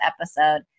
episode